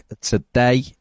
today